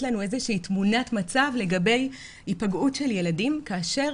לנו איזו שהיא תמונת מצב לגבי היפגעות של ילדים כאשר